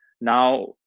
Now